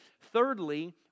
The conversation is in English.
Thirdly